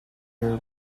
near